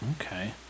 Okay